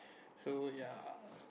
so ya